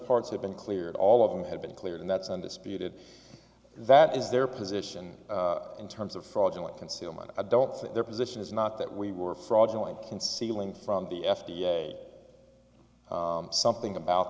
parts have been cleared all of them have been cleared and that's undisputed that is their position in terms of fraudulent concealment adults and their position is not that we were fraudulent concealing from the f b i something about